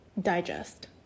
digest